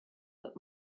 but